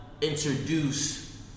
introduce